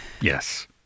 Yes